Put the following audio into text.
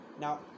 now